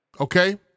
Okay